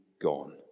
gone